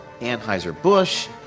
Anheuser-Busch